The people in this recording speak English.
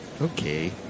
Okay